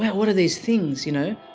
what are these things, you know?